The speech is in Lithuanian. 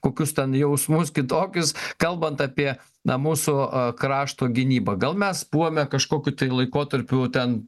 kokius ten jausmus kitokius kalbant apie na mūsų krašto gynybą gal mes buvome kažkokiu tai laikotarpiu ten